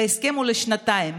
ההסכם הוא לשנתיים.